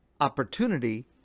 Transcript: opportunity